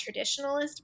traditionalist